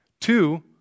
Two